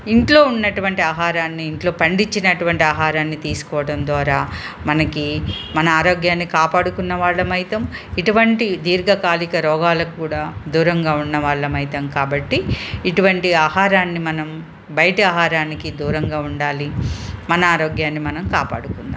ఇంట్లో ఉన్నటువంటి ఆహారాన్ని ఇంట్లో పండించినటువంటి ఆహారాన్ని తీసుకోవడం ద్వారా మనకు మన ఆరోగ్యాన్ని కాపాడుకున్న వాళ్ళం అవుతాం ఇటువంటి దీర్ఘకాలిక రోగాలకు కూడా దూరంగా ఉన్న వాళ్ళం అవుతాం కాబట్టి ఇటువంటి ఆహారాన్ని మనం బయటి ఆహారానికి దూరంగా ఉండాలి మన ఆరోగ్యాన్ని మనం కాపాడుకుందాం